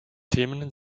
themen